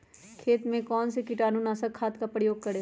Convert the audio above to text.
खेत में कौन से कीटाणु नाशक खाद का प्रयोग करें?